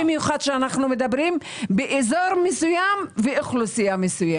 במיוחד כשאנחנו מדברים על אזור מסוים ועל אוכלוסייה מסוימת.